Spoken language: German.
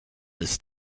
bis